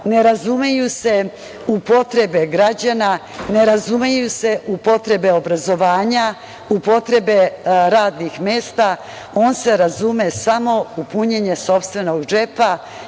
ne razumeju se u potrebe građana, ne razumeju se u potrebe obrazovanja, u potrebe radnih mesta, on se razume samo u punjenje sopstvenog džepa,